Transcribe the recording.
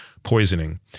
poisoning